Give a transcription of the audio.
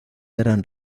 eran